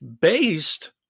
based